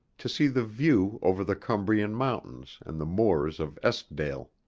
to see the view over the cumbrian mountains and the moors of eskdale.